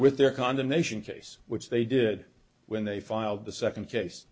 with their condemnation case which they did when they filed the second case